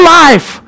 life